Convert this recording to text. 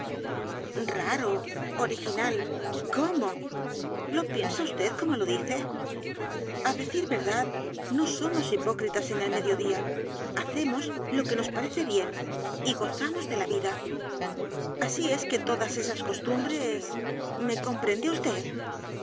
raro original cómo lo piensa vd como lo dice a decir verdad no somos hipócritas en el mediodía hacemos lo que nos parece bien y gozaedgar poe novelas y cuentos mos de la vida asi es que todas esas costumbres m e comprende